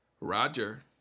Roger